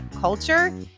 culture